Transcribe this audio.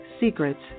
Secrets